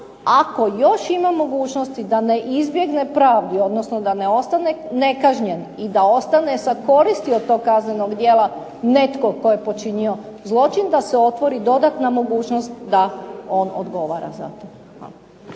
ako još ima mogućnosti da ne izbjegne pravdi, odnosno da ne ostane nekažnjen i da ostane sa koristi od tog kaznenog djela netko tko je počinio zločin da se otvori dodatna mogućnost da on odgovara za to.